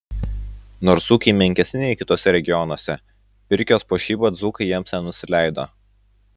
nors ūkiai menkesni nei kituose regionuose pirkios puošyba dzūkai jiems nenusileido